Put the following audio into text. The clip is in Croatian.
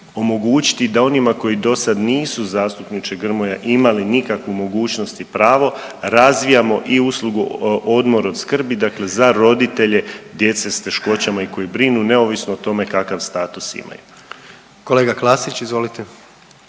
omogućiti da onima koji dosad nisu zastupniče Grmoja imali nikakvu mogućnost i pravo razvijamo i uslugu odmor od skrbi, dakle za roditelje djece s teškoćama i koji brinu neovisno o tome kakav status imaju. **Jandroković, Gordan